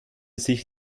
sich